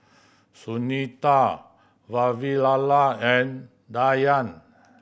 Sunita Vavilala and Dhyan